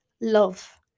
love